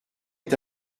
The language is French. est